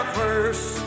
first